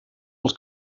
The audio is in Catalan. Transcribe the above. dels